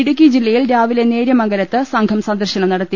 ഇടുക്കി ജില്ലയിൽ രാവിലെ നേരിയമംഗലത്ത് സംഘം സന്ദർശനം നടത്തി